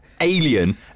Alien